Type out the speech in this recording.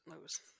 lose